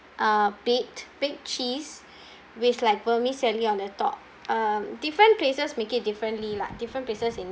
uh baked baked cheese with like vermicelli on the top um different places make it differently lah different places in